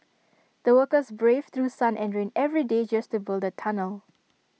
the workers braved through sun and rain every day just to build the tunnel